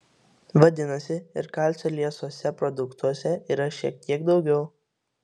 vadinasi ir kalcio liesuose produktuose yra šiek tiek daugiau